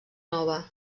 nova